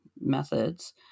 methods